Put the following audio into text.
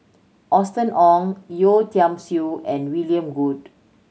Austen Ong Yeo Tiam Siew and William Goode